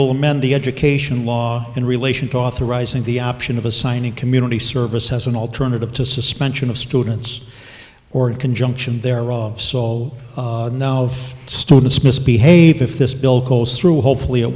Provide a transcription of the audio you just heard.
will amend the education law in relation to authorizing the option of assigning community service as an alternative to suspension of students or in conjunction there rob saul of students misbehave if this bill goes through hopefully